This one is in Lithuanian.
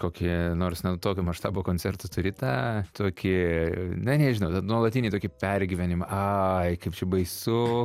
kokį nors ne tokio maštabo koncertų turi tą tokį na nežinau nuolatinį tokį pergyvenimą ai kaip čia baisu